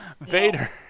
Vader